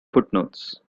footnotes